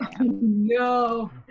No